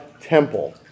temple